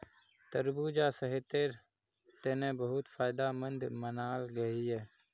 तरबूजा सेहटेर तने बहुत फायदमंद मानाल गहिये